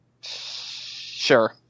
Sure